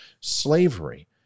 Slavery